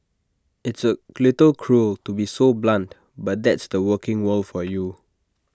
it's A little cruel to be so blunt but that's the working world for you